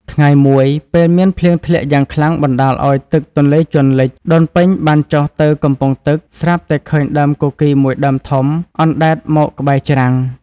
ថ្ងៃមួយ ពេលមានភ្លៀងធ្លាក់យ៉ាងខ្លាំងបណ្តាលឲ្យទឹកទន្លេជន់លិច ដូនពេញបានចុះទៅកំពង់ទឹកស្រាប់តែឃើញដើមគគីរមួយដើមធំអណ្តែតមកក្បែរច្រាំង។